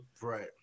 Right